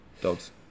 Dogs